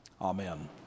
amen